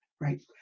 right